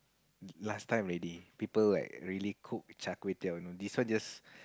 last time already people like really cook char-kway-teow you know this one just